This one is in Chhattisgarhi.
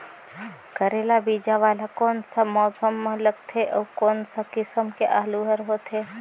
करेला बीजा वाला कोन सा मौसम म लगथे अउ कोन सा किसम के आलू हर होथे?